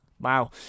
Wow